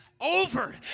Over